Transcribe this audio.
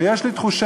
ויש לי תחושה